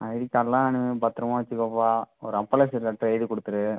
ID கார்ட்லாம் இனிமே பத்தரமாக வைச்சிக்கோப்பா ஒரு அப்பாலஜி லெட்டர் எழுதிக் கொடுத்துரு